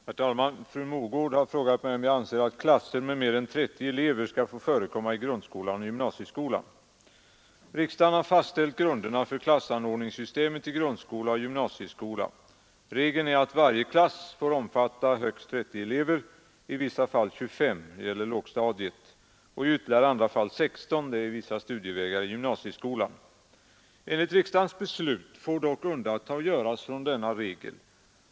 Herr talman! Fru Mogård har frågat mig om jag anser att klasser med mer än 30 elever skall få förekomma i grundskolan och gymnasieskolan. Riksdagen har fastställt grunderna för klassanordningssystemet i grundskola och gymnasieskola. Regeln är att varje klass får omfatta högst 30 elever, i vissa fall 25 och i ytterligare andra fall 16 . Enligt riksdagens beslut får dock undantag göras från denna regel.